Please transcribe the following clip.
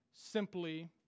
simply